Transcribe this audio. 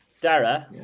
Dara